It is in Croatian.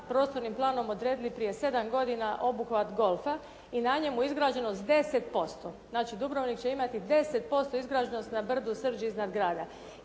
prostornim planom odredili prije 7 godina obuhvat golfa i na njemu izgrađenost 10%. Znači Dubrovnik će imati 10% izgrađenost na brdu Srđ iznad grada.